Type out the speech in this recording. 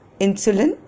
insulin